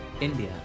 India